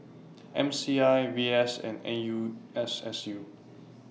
M C I V S and N U S S U